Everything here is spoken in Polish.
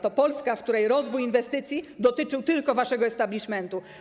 To Polska, w której rozwój inwestycji dotyczył tylko waszego establishmentu.